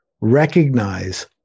recognize